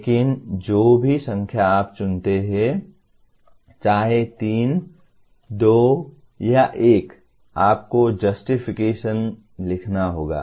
लेकिन जो भी संख्या आप चुनते हैं चाहे 3 2 या 1 आपको एक जस्टिफिकेशन लिखना होगा